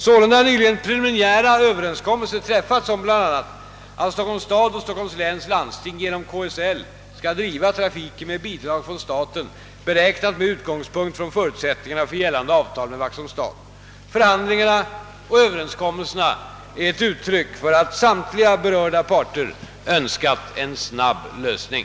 Sålunda har nyligen preliminära överenskommelser träffats om bl.a. att Stockholms stad och Stockholms läns landsting genom KSL skall driva trafiken med bidrag från staten, beräknat med utgångspunkt från förutsättningarna för gällande avtal med Vaxholms stad. Förhandlingarna och Ööverenskommelserna är uttryck för att samtliga berörda parter önskat en snabb lösning.